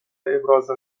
ابراز